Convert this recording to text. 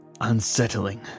unsettling